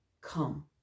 Come